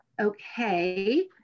okay